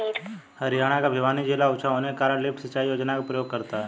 हरियाणा का भिवानी जिला ऊंचा होने के कारण लिफ्ट सिंचाई योजना का प्रयोग करता है